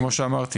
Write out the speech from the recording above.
כמו שאמרתי